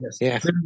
Yes